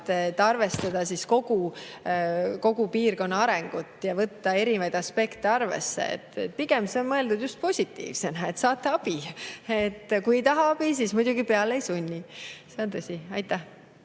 et arvestada kogu piirkonna arengut ja võtta erinevaid aspekte arvesse. Pigem on see mõeldud just positiivsena, et te saate abi. Kui te ei taha abi, siis me muidugi peale ei sunni. See on tõsi. Aitäh!